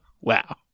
Wow